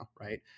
right